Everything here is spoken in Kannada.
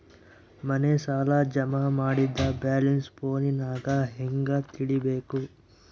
ಮನೆ ಸಾಲ ಜಮಾ ಮಾಡಿದ ಬ್ಯಾಲೆನ್ಸ್ ಫೋನಿನಾಗ ಹೆಂಗ ತಿಳೇಬೇಕು?